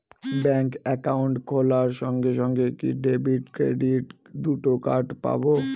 Bank account খোলার সঙ্গে সঙ্গে কি ডেবিট ক্রেডিট দুটো কার্ড পাবো?